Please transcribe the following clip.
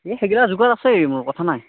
এই সেইকেইটা যোগাৰ আছেই মোৰ কথা নাই